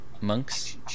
monks